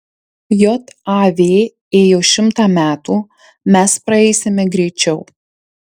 jav ėjo šimtą metų mes praeisime greičiau